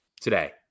Today